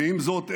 ועם זאת,